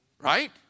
right